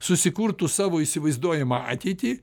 susikurtų savo įsivaizduojamą ateitį